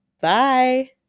Bye